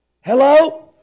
Hello